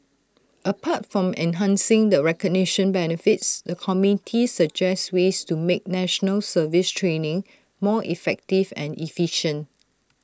apart from enhancing the recognition benefits the committee suggested ways to make National Service training more effective and efficient